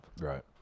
Right